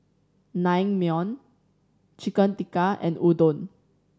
Naengmyeon Chicken Tikka and Udon